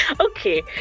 okay